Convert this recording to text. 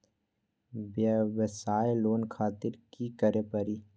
वयवसाय लोन खातिर की करे परी?